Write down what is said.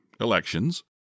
elections